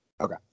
Okay